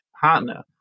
partner